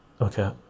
okay